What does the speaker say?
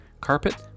carpet